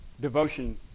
devotion